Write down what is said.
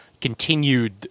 continued